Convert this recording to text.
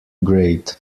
grade